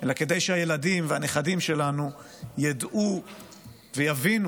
אלא כדי שהילדים והנכדים שלנו ידעו ויבינו